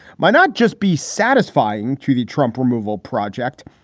might not just be satisfying to the trump removal project.